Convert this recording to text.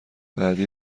بعدی